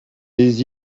les